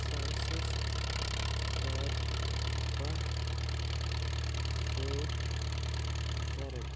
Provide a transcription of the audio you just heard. ساسَس کَر باہ سۭتۍ ضرب